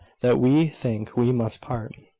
that we think we must part.